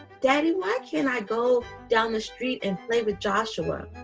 daddy why can't i go down the street and play with joshua?